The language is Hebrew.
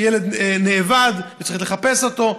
שילד נאבד וצריך ללכת לחפש אותו,